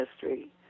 history